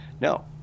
No